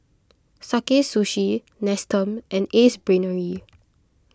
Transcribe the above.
Sakae Sushi Nestum and Ace Brainery